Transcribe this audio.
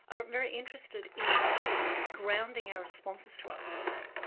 are very interested in grounding our responses to art works,